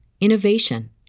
innovation